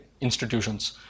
institutions